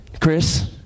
Chris